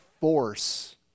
force